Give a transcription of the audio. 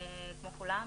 כמו כולם,